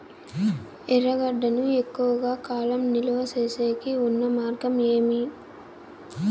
ఎర్రగడ్డ ను ఎక్కువగా కాలం నిలువ సేసేకి ఉన్న మార్గం ఏమి?